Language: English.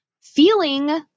feeling